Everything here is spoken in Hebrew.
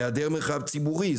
היעדר מרחב ציבורי,